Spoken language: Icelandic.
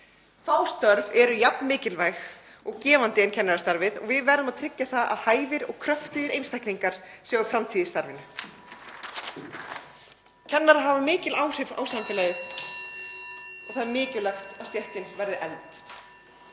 Fá störf eru jafn mikilvæg og gefandi og kennarastarfið og við verðum að tryggja að hæfir og kröftugir einstaklingar sjái framtíð í starfinu. Kennarar hafa mikil áhrif á samfélagið og það er mikilvægt að stéttin verði efld.